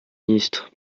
ministre